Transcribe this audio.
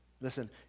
Listen